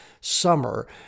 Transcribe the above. summer